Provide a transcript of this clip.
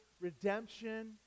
redemption